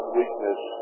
weakness